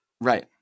Right